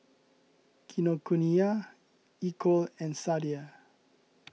Kinokuniya Equal and Sadia